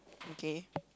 okay